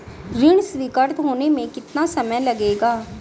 ऋण स्वीकृत होने में कितना समय लगेगा?